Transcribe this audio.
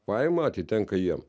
paima atitenka jiem